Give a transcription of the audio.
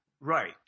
Right